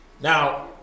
Now